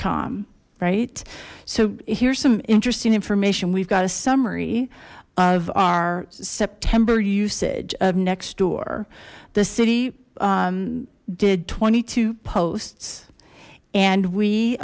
com right so here's some interesting information we've got a summary of our september usage of next door the city did twenty two posts and we